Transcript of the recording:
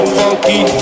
funky